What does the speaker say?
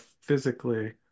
physically